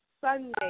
Sunday